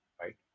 right